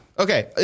Okay